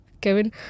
Kevin